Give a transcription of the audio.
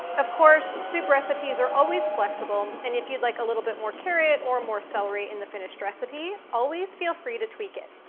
of course, soup recipes are always flexible. and if you'd like a little bit more carrot or more celery in the finished recipe, always feel free to tweak it.